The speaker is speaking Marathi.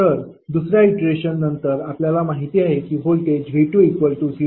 तर दुसर्या इटरेशन नंतर आपल्याला माहिती आहे की व्होल्टेज V20